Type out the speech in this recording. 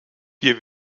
wir